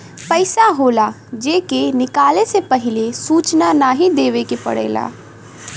पइसा होला जे के निकाले से पहिले सूचना नाही देवे के पड़ेला